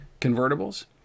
Convertibles